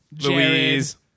Louise